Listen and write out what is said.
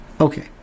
Okay